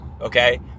okay